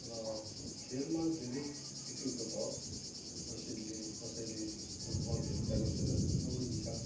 र खेलमा धेरै किसिमको छ जसले कसैले फुटबल खेल्छ कसैले दौडिन्छ